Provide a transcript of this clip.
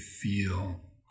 feel